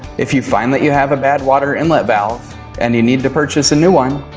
if you find that you have a bad water inlet valve and you need to purchase a new one,